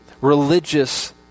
religious